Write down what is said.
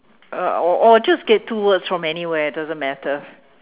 uh or or just get two words from anywhere doesn't matter